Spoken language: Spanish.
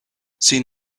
sin